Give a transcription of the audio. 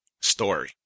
story